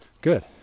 good